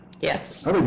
Yes